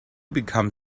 become